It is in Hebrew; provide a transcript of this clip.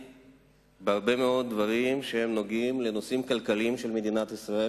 בהרבה מאוד דברים שנוגעים לנושאים הכלכליים של מדינת ישראל,